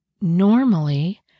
normally